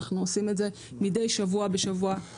אנחנו עושים את זה מדי שבוע ובשוטף.